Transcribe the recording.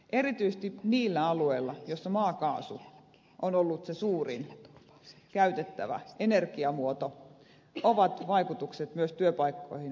erityisesti niillä alueilla joilla maakaasu on ollut se suurin käytettävä energiamuoto ovat vaikutukset myös työpaikkoihin varsin rankat